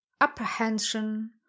apprehension